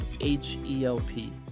H-E-L-P